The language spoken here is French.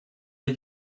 des